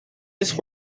just